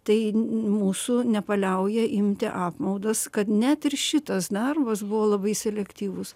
tai mūsų nepaliauja imti apmaudas kad net ir šitas narvas buvo labai selektyvus